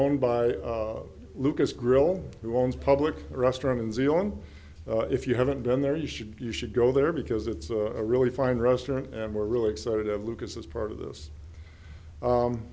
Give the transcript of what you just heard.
owned by lucas grill who owns a public restaurant in zealand if you haven't been there you should you should go there because it's a really fine restaurant and we're really excited of lucas as part of